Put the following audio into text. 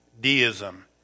deism